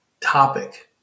topic